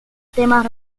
temas